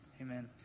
Amen